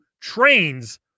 trains